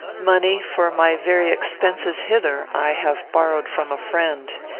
money for my very expenses hither i have borrowed from a friend,